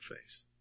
face